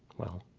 well